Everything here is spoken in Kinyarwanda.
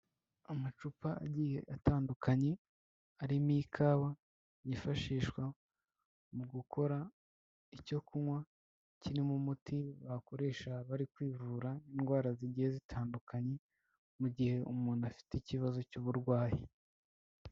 Amacupa agiye atandukanye, arimo ikawa yifashishwa mu gukora icyo kunywa, kirimo umuti bakoresha bari kwivura indwara zigiye zitandukanye, mu gihe umuntu afite ikibazo cy'uburwayi.